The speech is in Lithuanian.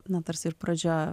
na tarsi ir pradžia